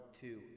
two